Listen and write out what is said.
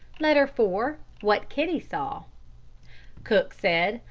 letter four what kitty saw cook said,